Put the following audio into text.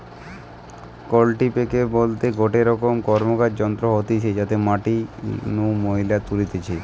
কাল্টিপ্যাকের বলতে গটে রকম র্কমকার যন্ত্র হতিছে যাতে মাটি নু ময়লা তুলতিছে